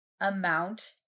amount